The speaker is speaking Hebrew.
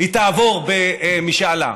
היא תעבור במשאל עם.